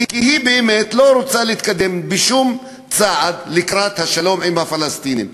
כי היא באמת לא רוצה להתקדם בשום צעד לקראת השלום עם הפלסטינים.